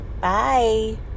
bye